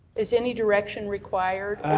is any direction required?